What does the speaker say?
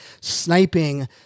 sniping